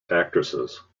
actresses